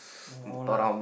no lah